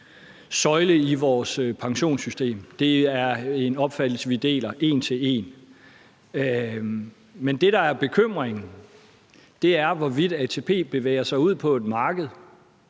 søjle i vores pensionssystem. Det er en opfattelse, vi deler en til en. Men det, der er bekymringen, er, hvorvidt ATP bevæger sig ud på et marked,